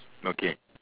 okay